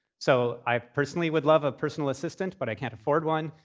so i personally would love a personal assistant, but i can't afford one.